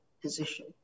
position